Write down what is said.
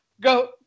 go